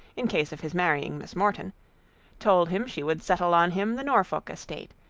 in case of his marrying miss morton told him she would settle on him the norfolk estate,